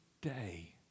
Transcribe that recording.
day